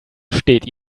steht